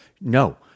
No